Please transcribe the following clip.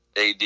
AD